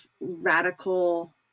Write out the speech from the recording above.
radical